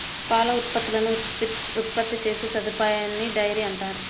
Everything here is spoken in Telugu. పాల ఉత్పత్తులను ఉత్పత్తి చేసే సదుపాయాన్నిడైరీ అంటారు